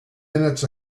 minutes